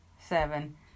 seven